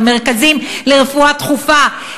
במרכזים לרפואה דחופה?